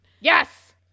Yes